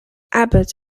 abbott